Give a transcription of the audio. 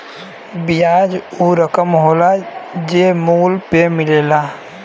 बियाज ऊ रकम होला जे मूल पे मिलेला